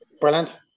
brilliant